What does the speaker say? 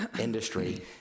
industry